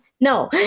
No